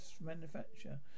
manufacture